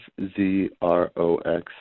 FZROX